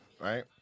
Right